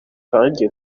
nkanjye